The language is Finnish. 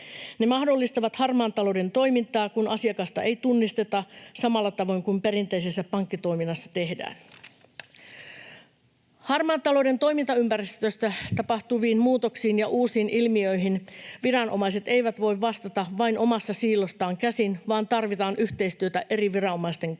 Ne mahdollistavat harmaan talouden toimintaa, kun asiakasta ei tunnisteta samalla tavoin kuin perinteisessä pankkitoiminnassa tehdään. Harmaan talouden toimintaympäristössä tapahtuviin muutoksiin ja uusiin ilmiöihin viranomaiset eivät voi vastata vain omasta siilostaan käsin, vaan tarvitaan yhteistyötä eri viranomaisten kesken.